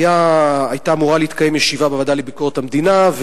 היתה אמורה להתקיים ישיבה בוועדה לביקורת המדינה,